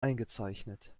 eingezeichnet